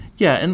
yeah, and